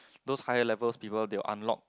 those high levels people they'll unlock